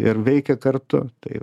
ir veikia kartu tai